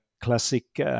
classic